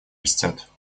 растет